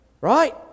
right